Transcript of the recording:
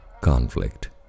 conflict